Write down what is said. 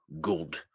good